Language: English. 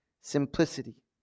Simplicity